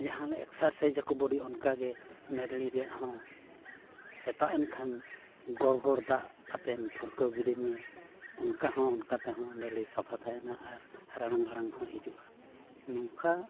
ᱡᱟᱦᱟᱸ ᱞᱮ ᱮᱠᱥᱟᱨᱥᱟᱭᱤᱡᱽ ᱟᱠᱚ ᱵᱚᱰᱤ ᱚᱱᱠᱟ ᱜᱮ ᱱᱟᱹᱰᱨᱤ ᱨᱮᱭᱟᱜ ᱦᱚᱸ ᱥᱮᱛᱟᱜ ᱮᱱ ᱠᱷᱟᱱ ᱜᱚᱲ ᱜᱚᱲ ᱫᱟᱜ ᱟᱛᱮᱫ ᱯᱷᱩᱨᱠᱟᱹᱣ ᱜᱤᱰᱤ ᱢᱮ ᱚᱱᱠᱟ ᱦᱚᱸ ᱚᱱᱠᱟ ᱛᱮᱦᱚᱸ ᱱᱟᱹᱞᱤ ᱥᱟᱯᱷᱟ ᱛᱟᱦᱮᱱᱟ ᱟᱨ ᱨᱟᱲᱟᱝ ᱟᱲᱟᱝ ᱦᱚᱸ ᱦᱤᱡᱩᱜᱼᱟ ᱱᱚᱝᱠᱟ